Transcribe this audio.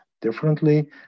differently